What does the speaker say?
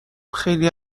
خلی